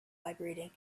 vibrating